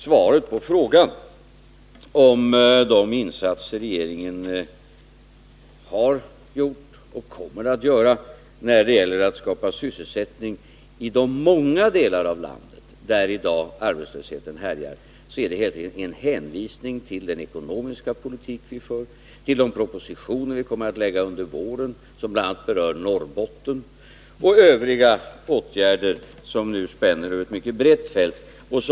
Svaret på frågan om de insatser som regeringen har gjort och kommer att göra när det gäller att skapa sysselsättning i de många delar av landet där arbetslösheten i dag härjar, blir därför en hänvisning till den ekonomiska politik som vi för, till de propositioner som vi kommer att lägga under våren och som bl.a. berör Norrbotten och till övriga åtgärder som spänner över ett brett fält.